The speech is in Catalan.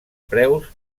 preus